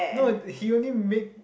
no he only make